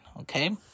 okay